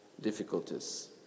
difficulties